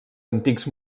antics